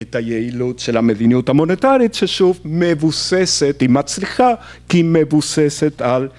את היעילות של המדיניות המוניטרית ששוב מבוססת, היא מצליחה כי מבוססת על